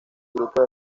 grupos